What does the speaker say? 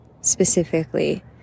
specifically